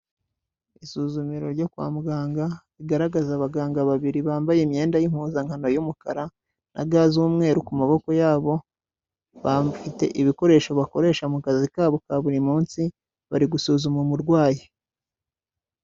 Isuzumiro ryo kwa muganga rigaragaza abaganga babiri bambaye imyenda y'impuzankano y'umukara na ga z'umweru ku maboko yabo, bafite ibikoresho bakoresha mu kazi kabo ka buri munsi, bari gusuzuma umurwayi.